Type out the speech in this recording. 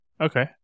Okay